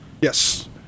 Yes